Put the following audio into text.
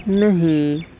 نہیں